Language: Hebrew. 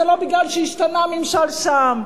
זה לא בגלל שהשתנה הממשל שם,